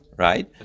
Right